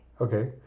Okay